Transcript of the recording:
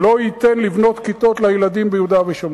לא ייתן לבנות כיתות לילדים ביהודה ושומרון,